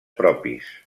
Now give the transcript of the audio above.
propis